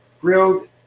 grilled